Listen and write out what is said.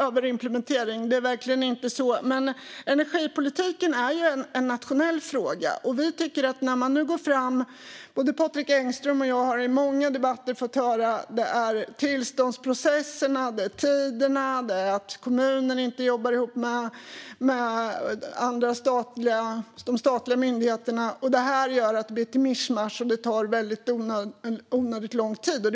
överimplementering. Det är verkligen inte så. Men energipolitiken är en nationell fråga. Både Patrik Engström och jag har i många debatter fått höra att det är problem med tillståndsprocesserna och tiderna och att kommunerna inte jobbar ihop med de statliga myndigheterna, vilket gör att det blir ett mischmasch som tar onödigt lång tid.